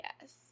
Yes